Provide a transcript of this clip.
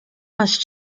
must